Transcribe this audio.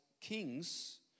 kings